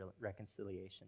reconciliation